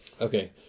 Okay